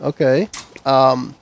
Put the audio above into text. Okay